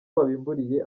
wabimburiye